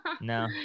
no